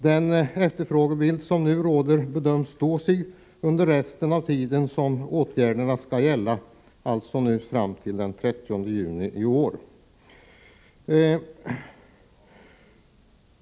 Den efterfrågebild som nu råder bedöms stå sig under resten av den tid som åtgärderna skall gälla, alltså fram till den 30 juni i år.